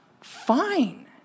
fine